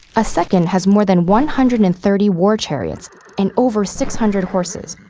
a second has more than one hundred and thirty war chariots and over six hundred horses,